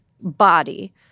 body—